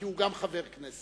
כי הוא גם חבר הכנסת.